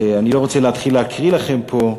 אני לא רוצה להתחיל לקרוא לכם פה,